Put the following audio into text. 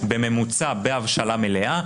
בממוצע בהבשלה מלאה,